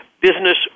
business